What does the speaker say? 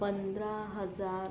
पंधरा हजार